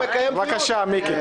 בבקשה, מיקי.